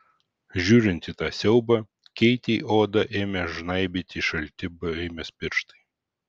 žiūrint į tą siaubą keitei odą ėmė žnaibyti šalti baimės pirštai